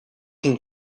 can